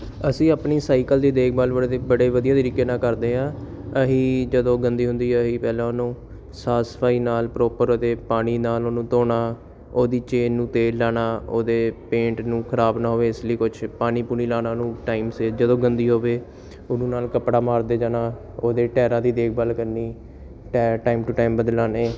ਅਸੀਂ ਆਪਣੀ ਸਾਈਕਲ ਦੀ ਦੇਖਭਾਲ ਬੜੇ ਦੀ ਬੜੇ ਵਧੀਆ ਤਰੀਕੇ ਨਾਲ ਕਰਦੇ ਹਾਂ ਅਸੀਂ ਜਦੋਂ ਗੰਦੀ ਹੁੰਦੀ ਹੈ ਅਸੀਂ ਪਹਿਲਾਂ ਉਹਨੂੰ ਸਾਫ ਸਫਾਈ ਨਾਲ ਪ੍ਰੋਪਰ ਉਹਦੇ ਪਾਣੀ ਨਾਲ ਉਹਨੂੰ ਧੋਣਾ ਉਹਦੀ ਚੇਨ ਨੂੰ ਤੇਲ ਲਾਉਣਾ ਉਹਦੇ ਪੇਂਟ ਨੂੰ ਖਰਾਬ ਨਾ ਹੋਵੇ ਇਸ ਲਈ ਕੁਛ ਪਾਣੀ ਪੂਣੀ ਲਾਉਣਾ ਉਹਨੂੰ ਟਾਈਮ ਸਿਰ ਜਦੋਂ ਗੰਦੀ ਹੋਵੇ ਉਹਨੂੰ ਨਾਲ ਕੱਪੜਾ ਮਾਰਦੇ ਜਾਣਾ ਉਹਦੇ ਟਾਇਰਾਂ ਦੀ ਦੇਖਭਾਲ ਕਰਨੀ ਟਾਇਰ ਟਾਈਮ ਟੂ ਟਾਈਮ ਬਦਲਾਉਣੇ